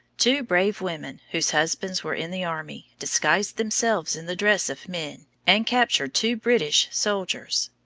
two brave women, whose husbands were in the army, disguised themselves in the dress of men, and captured two british soldiers,